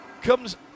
Comes